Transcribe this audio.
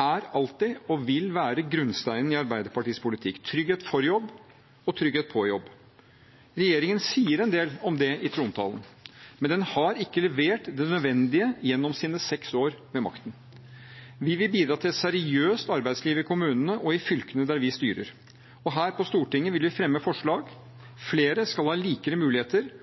er og vil alltid være grunnsteinen i Arbeiderpartiets politikk – trygghet for jobb og trygghet på jobb. Regjeringen sier en del om det i trontalen, men den har ikke levert det nødvendige gjennom sine seks år ved makten. Vi vil bidra til et seriøst arbeidsliv i kommunene og i fylkene der vi styrer, og her på Stortinget vil vi fremme forslag. Flere skal ha likere muligheter,